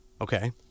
Okay